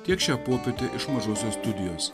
tiek šią popietę iš mažosios studijos